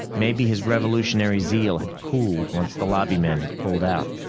maybe his revolutionary zeal had cooled, once the lobby men had pulled out.